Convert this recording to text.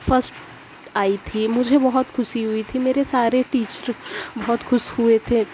first آئی تھی مجھے بہت خوشی ہوئی تھی میرے سارے ٹیچر بہت خوش ہوئے تھے